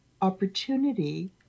opportunity